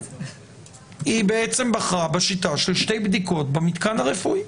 היא בעצם בחרה בשיטה של שתי בדיקות במתקן הרפואי.